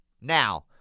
Now